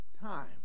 time